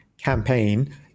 campaign